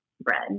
bread